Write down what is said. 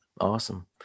Awesome